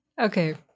Okay